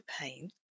pain